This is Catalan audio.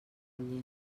llengua